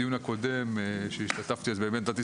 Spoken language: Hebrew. בדיון הקודם שהשתתפתי אז באמת נתתי